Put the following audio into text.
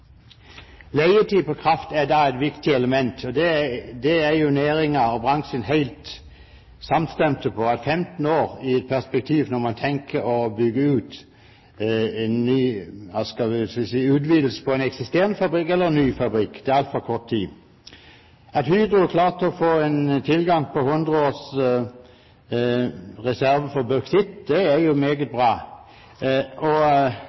Leietid på kraft er da et viktig element. Næringen og bransjen er helt samstemte på at 15 års perspektiv når man tenker på å bygge ut, foreta en utvidelse på en eksisterende fabrikk eller bygge ny fabrikk, er altfor kort tid. At Hydro klarte å få en tilgang på 100 års reserve for bauxitt, er meget bra. Vi ser også at da har Hydro nok til sitt store aluminiumsverk i Qatar. I forbindelse med det